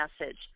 message